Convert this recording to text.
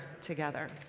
together